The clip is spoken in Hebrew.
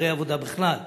היתרי עבודה בכלל,